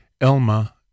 Elma